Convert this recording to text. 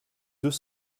deux